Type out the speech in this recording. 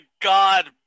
God